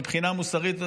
מבחינה מוסרית,